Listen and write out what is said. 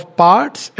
parts